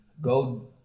Go